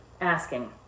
asking